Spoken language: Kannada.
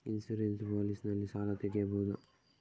ಇನ್ಸೂರೆನ್ಸ್ ಪಾಲಿಸಿ ನಲ್ಲಿ ಸಾಲ ತೆಗೆಯಬಹುದ?